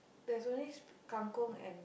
there's only kang-kong and